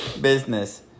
Business